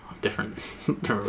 different